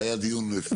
זה היה דיון בפני עצמו.